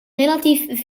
relatief